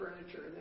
furniture